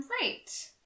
Right